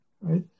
right